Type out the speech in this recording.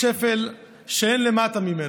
לשפל שאין למטה ממנו,